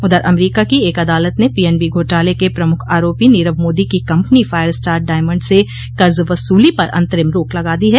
उधर अमरीका की एक अदालत ने पीएनबी घोटाले के प्रमुख आरोपी नीरव मोदी की कम्पनी फायरस्टार डॉयमंड से कर्ज वसूली पर अंतरिम रोक लगा दी है